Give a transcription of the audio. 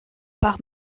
par